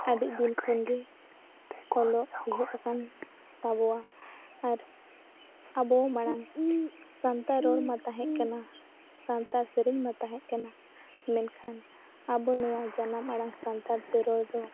ᱟᱹᱰᱤ ᱫᱤᱱ ᱠᱷᱚᱱ ᱜᱮ ᱚᱞᱚᱜ ᱮᱦᱚᱵ ᱟᱠᱟᱱᱛᱟᱵᱚᱣᱟ ᱟᱨ ᱟᱵᱚ ᱢᱟᱲᱟᱝ ᱥᱟᱱᱛᱟᱲ ᱨᱚᱲᱢᱟ ᱛᱟᱦᱮᱸᱫ ᱠᱟᱱᱟ ᱥᱟᱱᱛᱟᱲ ᱥᱮᱨᱮᱧ ᱢᱟ ᱛᱟᱦᱮᱸᱫ ᱠᱟᱱᱟ ᱢᱮᱱᱠᱷᱟᱱ ᱟᱵᱚ ᱱᱚᱣᱟ ᱡᱟᱱᱟᱢ ᱟᱲᱟᱝ ᱥᱟᱱᱛᱟᱲᱛᱮ ᱨᱚᱲᱫᱚ